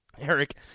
Eric